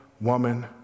woman